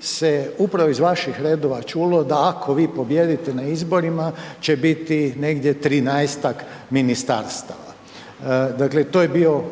se upravo iz vaših redova čulo da ako vi pobijedite na izborima će biti negdje 13-ak ministarstava, to je vaš bio